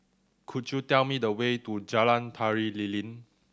could you tell me the way to Jalan Tari Lilin